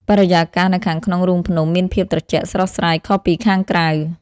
បរិយាកាសនៅខាងក្នុងរូងភ្នំមានភាពត្រជាក់ស្រស់ស្រាយខុសពីខាងក្រៅ។